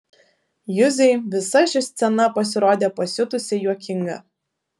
juzei visa ši scena pasirodė pasiutusiai juokinga